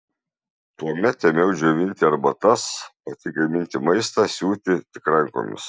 tuomet ėmiau džiovinti arbatas pati gaminti maistą siūti tik rankomis